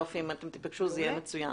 אם תיפגשו, זה יהיה מצוין.